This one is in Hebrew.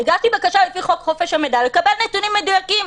הגשתי בקשה לפי חוק חופש המידע לקבל נתונים מדויקים,